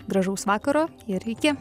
gražaus vakaro ir iki